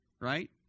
right